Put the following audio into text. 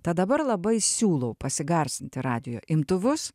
tad dabar labai siūlau pasigarsinti radijo imtuvus